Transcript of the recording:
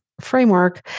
framework